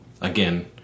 Again